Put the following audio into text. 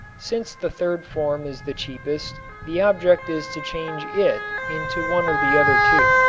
since the third form is the cheapest the object is to change it into one of the other two.